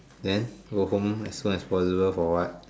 then go home as soon as possible for what